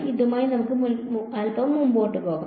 ഇതുമായി നമുക്ക് അൽപ്പം മുന്നോട്ട് പോകാം